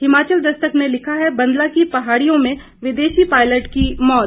हिमाचल दस्तक ने लिखा है बंदला की पहािड़यों में विदेशी पायलट की मौत